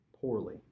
poorly